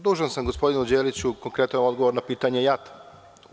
Dužan sam gospodinu Đeliću konkretan odgovor na pitanje JAT-a.